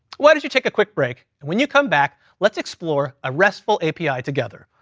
why don't you take a quick break, and when you come back, let's explore a restful api together?